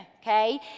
okay